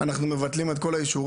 הם לא כמו בכל העולם,